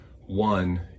one